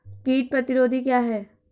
कीट प्रतिरोधी क्या है?